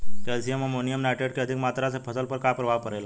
Calcium ammonium nitrate के अधिक मात्रा से फसल पर का प्रभाव परेला?